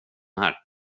här